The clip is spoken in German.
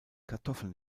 kartoffeln